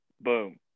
boom